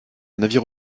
navire